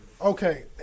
Okay